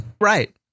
Right